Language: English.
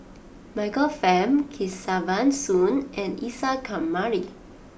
Michael Fam Kesavan Soon and Isa Kamari